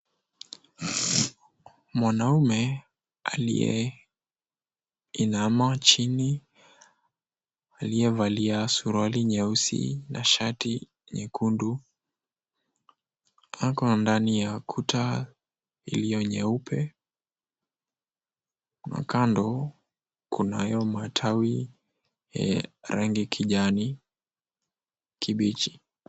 Mwanaume aliyeinama chini, aliyevalia suruali nyeusi na shati nyekundu, upande wa ndani ya kuta iliyo nyeupe na kando kunayo matawi ya rangi kijani kibichi.